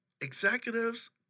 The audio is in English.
executives